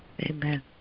Amen